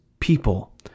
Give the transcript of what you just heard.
people